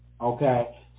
Okay